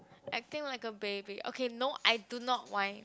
acting like a baby okay no I do not whine